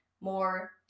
more